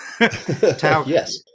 yes